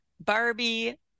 Barbie